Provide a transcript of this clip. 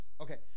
Okay